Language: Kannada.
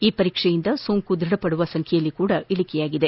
ಈ ಪರೀಕ್ಷೆಯಿಂದ ಸೋಂಕು ದೃಢಪಡುವ ಸಂಖ್ಯೆಯಲ್ಲಿಯೂ ಸಹ ಇಳಿಕೆಯಾಗಿದೆ